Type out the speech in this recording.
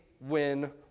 win